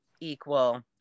equal